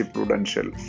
Prudential